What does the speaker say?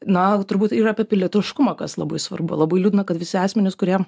na turbūt ir apie pilietiškumą kas labai svarbu labai liūdna kad visi asmenys kurie